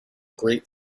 great